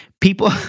people